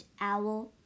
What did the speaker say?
Owl